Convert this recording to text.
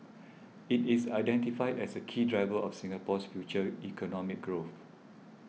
it is identified as a key driver of Singapore's future economic growth